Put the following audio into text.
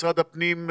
משרד הפנים,